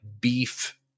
beef